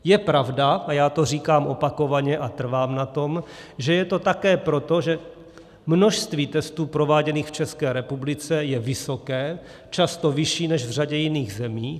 Je pravda, a já to říkám opakovaně a trvám na tom, že je to také proto, že množství testů prováděných v České republice je vysoké, často vyšší než v řadě jiných zemí.